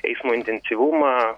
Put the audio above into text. eismo intensyvumą